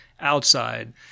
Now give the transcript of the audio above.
outside